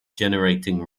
generating